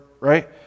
Right